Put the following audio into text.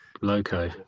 loco